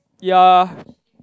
ya